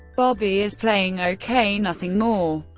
bobby is playing ok, nothing more.